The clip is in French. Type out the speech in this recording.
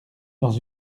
dans